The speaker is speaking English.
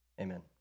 Amen